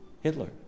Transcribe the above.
Hitler